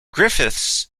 griffiths